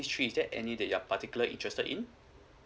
three is that any that you are particular interested in